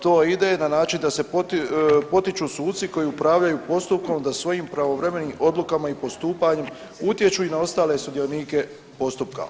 To ide na način da se potiču suci koji upravljaju postupkom da svojim pravovremenim odlukama i postupanjem utječu i na ostale sudionike postupka.